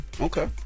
Okay